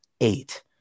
eight